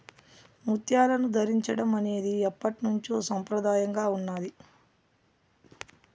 ముత్యాలను ధరించడం అనేది ఎప్పట్నుంచో సంప్రదాయంగా ఉన్నాది